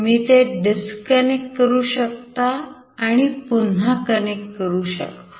तुम्ही ते disconnect करू शकता आणि पुन्हा कनेक्ट करू शकता